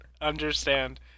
understand